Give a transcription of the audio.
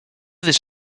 this